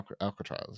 alcatraz